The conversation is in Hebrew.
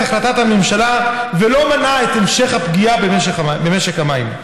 החלטת הממשלה ולא מנעה את המשך הפגיעה במשק המים.